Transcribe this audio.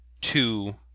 two